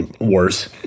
worse